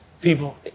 people